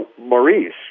Maurice